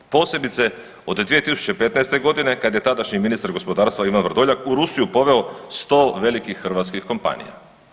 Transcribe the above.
Posebice od 2015. godine kada je tadašnji ministar gospodarstva Ivan Vrdoljak u Rusiju poveo 100 velikih hrvatskih kompanija.